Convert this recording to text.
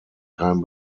kein